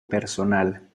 personal